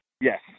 Yes